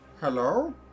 Hello